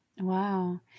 Wow